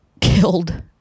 Killed